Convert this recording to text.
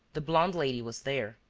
the blonde lady was there,